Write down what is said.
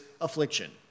affliction